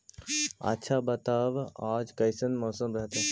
आच्छा बताब आज कैसन मौसम रहतैय?